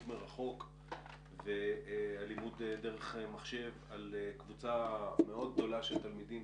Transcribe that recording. מרחוק והלימוד דרך מחשב על קבוצה מאוד גדולה של תלמידים,